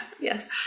Yes